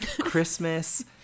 Christmas